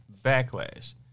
backlash